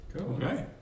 Okay